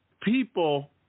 people